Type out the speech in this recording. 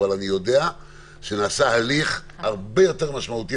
אבל אני יודע שנעשה הליך הרבה יותר משמעותי,